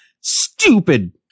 Stupid